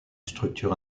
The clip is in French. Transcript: structure